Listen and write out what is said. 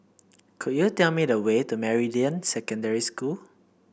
could you tell me the way to Meridian Secondary School